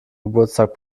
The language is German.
geburtstag